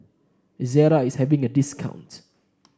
Ezerra is having a discount